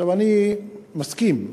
אני מסכים,